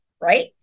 right